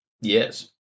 Yes